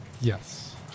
Yes